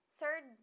third